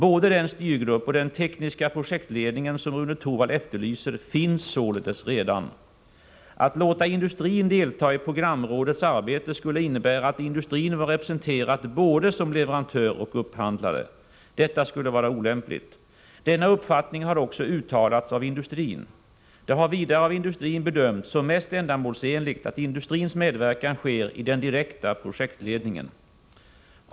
Både den styrgrupp och den tekniska projektledning som Rune Torwald efterlyser finns således redan. Att låta industrin delta i programrådets arbete skulle innebära att industrin var representerad som både leverantör och upphandlare. Detta skulle vara olämpligt. Denna uppfattning har också uttalats av industrin. Det har vidare av industrin bedömts som mest ändamålsenligt att industrins medverkan sker i den direkta projektledningen.